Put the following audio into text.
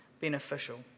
beneficial